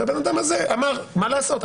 והבן אדם אמר: מה לעשות,